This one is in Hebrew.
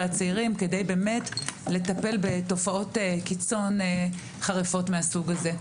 הצעירים כדי לטפל בתופעות קיצון חריפות מהסוג הזה.